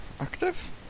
active